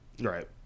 Right